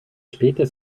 später